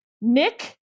Nick